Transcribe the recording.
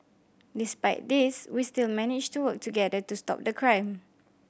despite these we still managed to work together to stop the crime